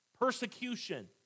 persecution